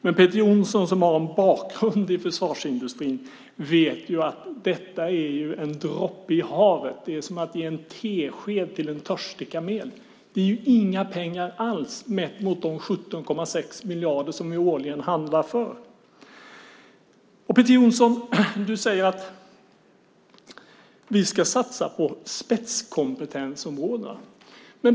Men Peter Jonsson som har en bakgrund i försvarsindustrin vet att detta är en droppe i havet. Det är som att ge en tesked till en törstig kamel. Det är ju inga pengar alls mätt mot de 17,6 miljarder som vi årligen handlar för. Peter Jonsson, du säger att vi ska satsa på spetskompetensområdena.